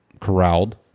corralled